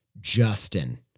Justin